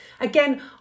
Again